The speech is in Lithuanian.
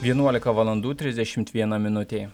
vienuolika valandų trisdešimt viena minutė